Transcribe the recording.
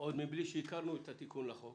עוד מבלי שהכרנו את התיקון לחוק.